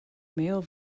male